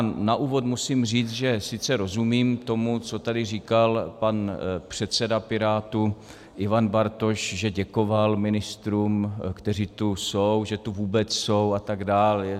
Na úvod musím říct, že sice rozumím tomu, co tady říkal pan předseda Pirátů Ivan Bartoš, že děkoval ministrům, kteří tu jsou, že tu vůbec jsou, a tak dále.